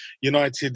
United